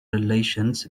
relations